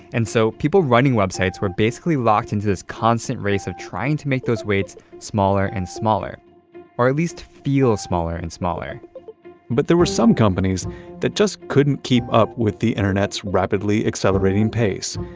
and so people writing websites were basically locked into this constant race of trying to make those waits smaller and smaller or at least feel smaller and smaller but there were some companies that just couldn't keep up with the internet's rapidly accelerating pace.